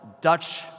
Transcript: Dutch